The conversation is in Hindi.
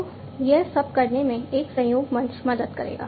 तो यह सब करने में एक सहयोग मंच मदद करेगा